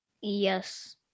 Yes